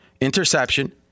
Interception